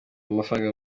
amafaranga